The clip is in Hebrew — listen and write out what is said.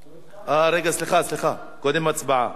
סליחה, קודם הצבעה.